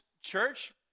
church